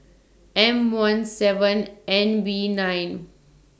M one seven N V nine